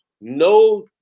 no